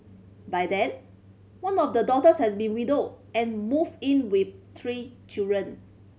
by then one of the daughters has been widowed and moved in with three children